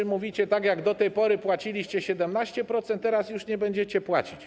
Mówicie: Tak, do tej pory płaciliście 17%, teraz już nie będziecie płacić.